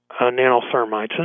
nanothermites